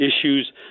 issues